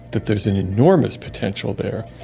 that there is an enormous potential there.